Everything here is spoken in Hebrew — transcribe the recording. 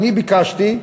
אני ביקשתי,